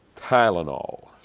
tylenol